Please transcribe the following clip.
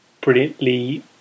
brilliantly